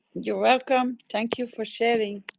you welcome, thank you for sharing.